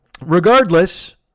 Regardless